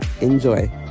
Enjoy